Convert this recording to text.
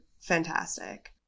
fantastic